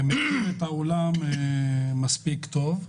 שמכיר את העולם מספיק טוב,